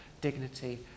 dignity